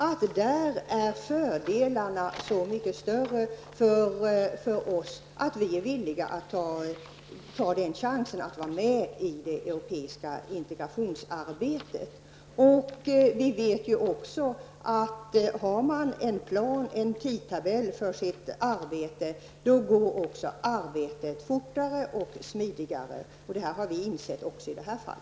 Vi gör bedömningen att fördelarna är så mycket större för oss än nackdelarna att vi i folkpartiet liberalerna tar chansen att vara med i det europeiska integrationsarbetet. Vi vet också att man har en tidtabell för sitt arbete, går också arbetet fortare och smidigare. Detta har vi insett också i detta fall.